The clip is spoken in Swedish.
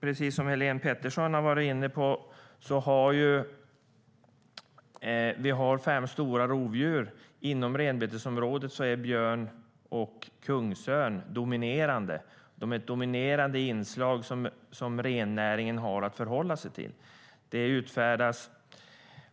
Precis som Helén Pettersson har varit inne på har vi fem stora rovdjur. Inom renbetesområdet är björn och kungsörn dominerande. De är ett dominerande inslag som rennäringen har att förhålla sig till. Det utfärdas